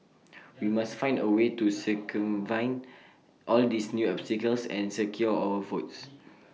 we must find A way to circumvent all these new obstacles and secure our votes